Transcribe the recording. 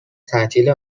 تعطیل